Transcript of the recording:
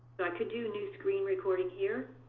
could do new screen recording here,